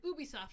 Ubisoft